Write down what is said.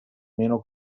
meno